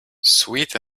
sweet